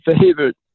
favorite